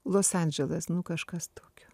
los andželas nu kažkas tokio